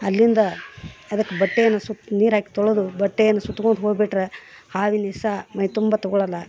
ಅಲ್ಲಿಂದ ಅದಕ್ಕೆ ಬಟ್ಟೆಯನ್ನು ಸುತ್ತಿ ನೀರಾಕಿ ತೊಳೆದು ಬಟ್ಟೆಯನ್ನು ಸುತ್ಕೊತ ಹೋಗ್ಬಿಟ್ರೆ ಹಾವಿನ ವಿಷಾ ಮೈತುಂಬಾ ತಗೊಳಲ್ಲ